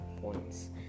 points